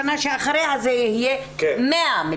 אבל השאלה גם כן אם בשנה שאחריה זה יהיה 100 מיליון.